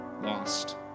lost